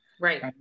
Right